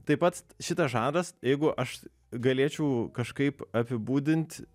taip pat šitas žanras jeigu aš galėčiau kažkaip apibūdint